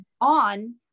on